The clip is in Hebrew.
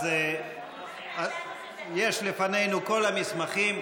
אז יש לפנינו כל המסמכים,